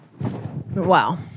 Wow